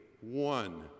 one